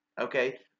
okay